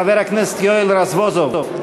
חבר הכנסת יואל רזבוזוב,